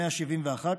171,